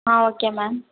ah okay ma'am